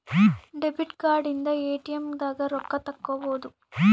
debit card ಇಂದ ATM ದಾಗ ರೊಕ್ಕ ತೆಕ್ಕೊಬೋದು